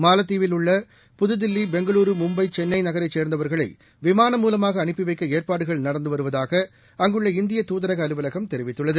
மாலத்தீவில் உள்ள புதுதில்லி பெங்களூரு மும்பை சென்னை நகரரை சேர்ந்தவர்களை விமானம் மூலமாக அனுப்பிவைக்க ஏற்பாடுகள் நடந்து வருவதாக அங்குள்ள இந்திய தூதரக அலுவலகம் தெரிவித்துள்ளது